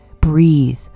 breathe